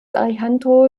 alejandro